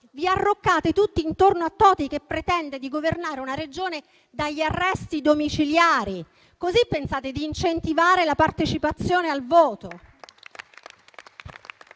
Vi arroccate tutti intorno a Toti, che pretende di governare una Regione dagli arresti domiciliari. Così pensate di incentivare la partecipazione al voto?